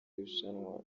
rushanwa